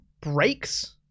breaks